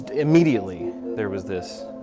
immediately there was this,